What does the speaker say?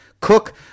Cook